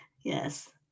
yes